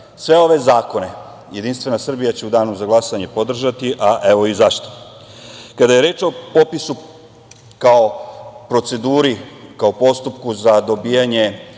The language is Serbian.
Sve ove zakone Jedinstvena Srbija će u danu za glasanje podržati, a evo i zašto. Kada je reč o popisu kao proceduri, kao postupku za dobijanje